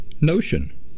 notion